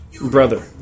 brother